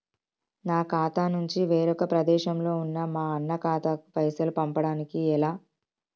నా ఖాతా నుంచి వేరొక ప్రదేశంలో ఉన్న మా అన్న ఖాతాకు పైసలు పంపడానికి ఎలా?